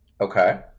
okay